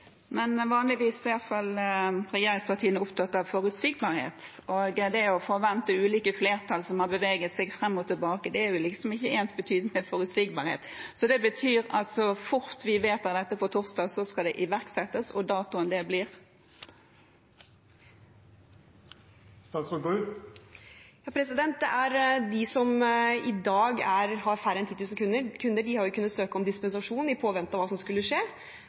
Men regjeringspartiene er i alle fall vanligvis opptatt av forutsigbarhet, og ulike flertall som har beveget seg fram og tilbake, er ikke ensbetydende med forutsigbarhet. Betyr det at så fort vi vedtar dette på torsdag, skal det iverksettes? Hva blir datoen? De som i dag har færre enn 10 000 kunder, har kunnet søke om dispensasjon i påvente av hva som skulle skje,